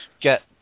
get